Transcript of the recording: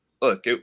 look